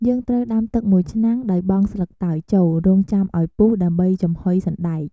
យើងត្រូវដាំទឹកមួយឆ្នាំង ដោយបង់ស្លឹកតើយចូល រង់ចាំឱ្យពុះ ដើម្បីចំហុយសណ្ដែក។